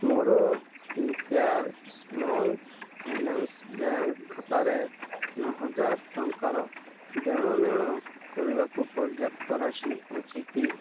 ମୋର Fincare small finance bank ଖାତାରେ ନଅ ହଜାର ଟଙ୍କାର ଦେଣନେଣ କରିବାକୁ ପର୍ଯ୍ୟାପ୍ତ ରାଶି ଅଛି କି